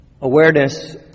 Awareness